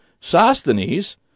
Sosthenes